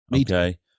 Okay